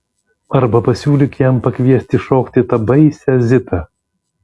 arba pasiūlyk jam pakviesti šokti tą baisią zitą